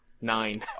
Nine